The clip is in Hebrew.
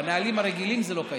בנהלים הרגילים זה לא קיים.